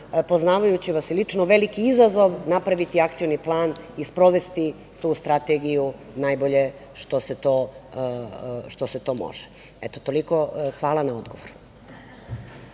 poznavajući vas i lično, veliki izazov napraviti akcioni plan i sprovesti tu strategiju najbolje što se može. Toliko i hvala na odgovoru.